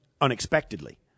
unexpectedly